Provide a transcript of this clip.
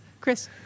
Chris